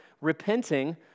repenting